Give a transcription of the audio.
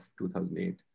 2008